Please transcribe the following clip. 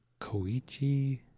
Koichi